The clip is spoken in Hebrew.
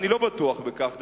ואני לא בטוח בכך,